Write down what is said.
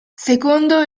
secondo